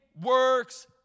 works